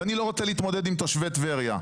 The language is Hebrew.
ואני לא רוצה להתמודד עם תושבי טבריה.